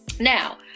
Now